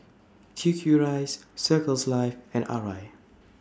Q Q Rice Circles Life and Arai